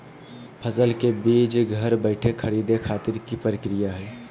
फसल के बीज घर बैठे खरीदे खातिर की प्रक्रिया हय?